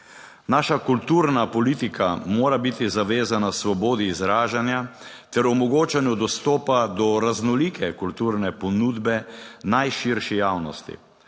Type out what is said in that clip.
Naša kulturna politika mora biti zavezana svobodi izražanja ter omogočanju dostopa do raznolike kulturne ponudbe najširši javnosti.